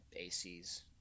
ACs